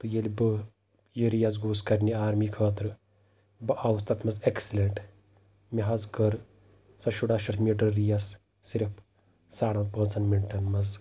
تہٕ ییٚلہِ بہٕ یہِ ریس گوٚوُس کَرنہِ آرمی خٲطرٕ بہٕ آوُس تَتھ منٛز اٮ۪کسلٮ۪نٛٹ مےٚ حظ کٔر سۄ شُراہ شیٚتھ میٖٹر ریس صِرف ساڑَن پانٛژَن مِنٹَن منٛز